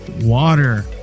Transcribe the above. Water